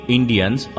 Indians